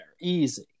easy